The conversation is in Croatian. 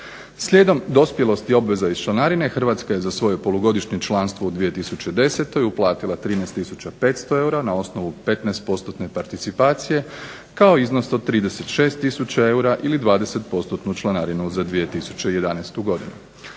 Slijedom dospjelosti obveza iz članarine Hrvatska je za svoje polugodišnje članstvo u 2010. uplatila 13 tisuća 500 eura na osnovu 15-postotne participacije kao iznos od 36 tisuća eura ili 20-postotnu članarinu za 2011. godinu.